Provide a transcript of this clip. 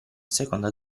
seconda